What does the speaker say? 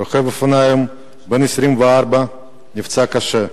רוכב אופנוע בן 24 נפצע קשה,